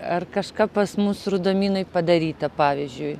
ar kažką pas mus rudaminai padaryta pavyzdžiui